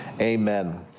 Amen